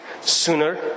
Sooner